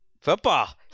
football